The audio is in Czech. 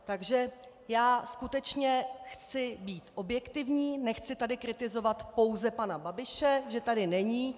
Takže já skutečně chci být objektivní, nechci tady kritizovat pouze pana Babiše, že tady není.